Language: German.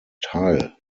teil